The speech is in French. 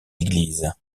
église